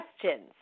questions